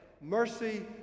mercy